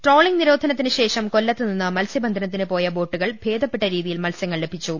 trolling നിരോധനത്തിനുശേഷം കൊല്ലത്ത് നിന്ന് മത്സ്യബന്ധനത്തിന് പോയ ബോട്ടുകൾക്ക് ഭേദപ്പെട്ട രീതിയിൽ മത്സ്യങ്ങൾ ലഭിച്ചു